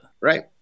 Right